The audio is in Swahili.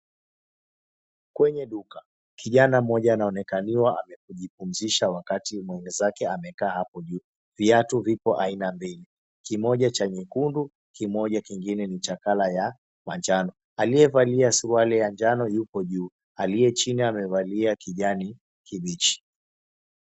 Kwenye duka, kijana mmoja anaonekaniwa amejipumzisha wakati mwenzake amekaa apo juu .Viatu vipo aina mbili kimoja cha nyekundu kimoja kingine ni cha colour ya manjano. Aliyevalia suruali ya njano yuko juu aliyechini amevalia kijani kibichi.